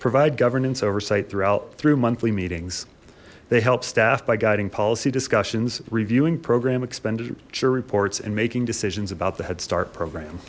provide governance oversight throughout through monthly meetings they helped staff by guiding policy discussions reviewing program expenditure reports and making decisions about the head start program